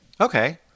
Okay